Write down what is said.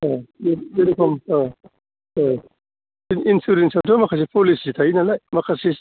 औ जेरैखम इन्सुरेन्सयाथ' माखासे पलिचि थायो नालाय माखासे